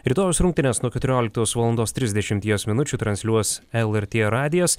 rytojaus rungtynes nuo keturioliktos valandos trisdešimies minučių transliuos lrt radijas